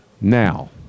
Now